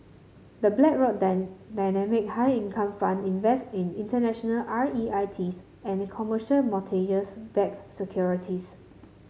the Blackrock Dynamic High Income Fund invest in international R E I Ts and commercial mortgage backed securities